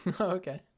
okay